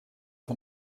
van